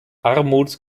armut